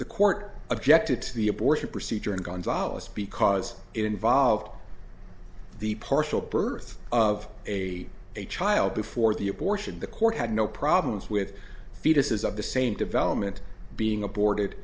the court objected to the abortion procedure and gonzales because it involved the partial birth of a a child before the abortion the court had no problems with fetuses of the same development being aborted